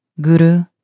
guru